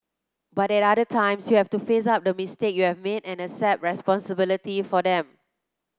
but at other times you have to face up to the mistakes you have made and accept responsibility for them